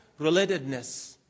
relatedness